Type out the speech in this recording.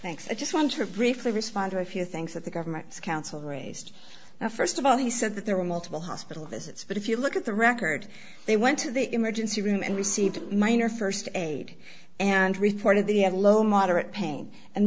thanks i just want her briefly respond to a few things that the government's counsel raised now st of all he said that there were multiple hospital visits but if you look at the record they went to the emergency room and received minor st aid and reported the low moderate pain and